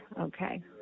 Okay